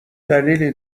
دلیلی